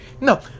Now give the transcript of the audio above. no